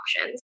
options